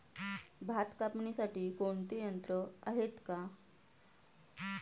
भात कापणीसाठी कोणते यंत्र आहेत का?